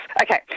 Okay